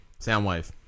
Soundwave